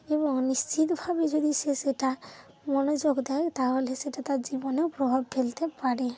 এবং নিশ্চিতভাবে যদি সে সেটা মনোযোগ দেয় তাহলে সেটা তার জীবনেও প্রভাব ফেলতে পারে